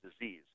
disease